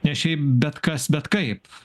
ne šiaip bet kas bet kaip